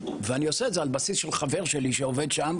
אני עושה את זה על בסיס חבר שלי שעובד שם,